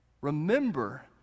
remember